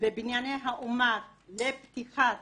בבנייני האומה לפתיחת